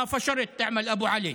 (חוזר על הדברים בערבית.)